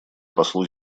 послу